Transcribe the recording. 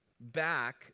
back